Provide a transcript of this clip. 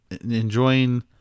enjoying